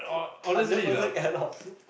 hundred percent cannot